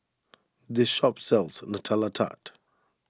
this shop sells Nutella Tart